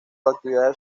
actividades